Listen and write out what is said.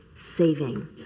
saving